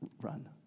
run